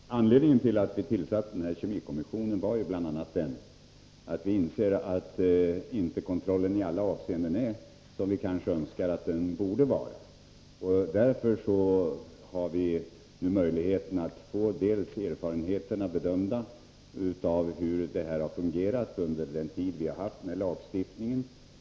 Fru talman! En anledning till att vi tillsatte kemikommissionen var att vi har insett att kontrollen inte i alla avseenden är som vi önskar att den borde vara. Därför har vi nu möjlighet att bl.a. få en bedömning av erfarenheterna av hur detta har fungerat under den tid vi haft denna lagstiftning.